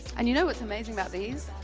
and you know what's amazing about these?